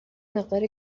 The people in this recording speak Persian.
مقدار